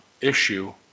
issue